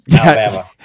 Alabama